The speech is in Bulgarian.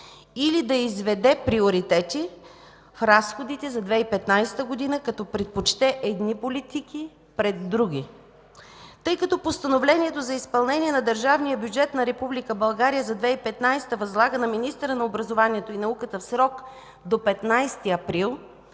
или да изведе приоритети в разходите за 2015 г., като предпочете едни политики пред други. Тъй като Постановлението за изпълнение на държавния бюджет на Република България за 2015 г. възлага на министъра на образованието и науката в срок до 15 април